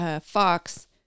Fox